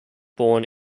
born